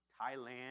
Thailand